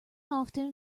often